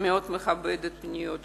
מאוד מכבדת את הפניות שלך.